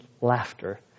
Laughter